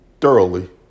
thoroughly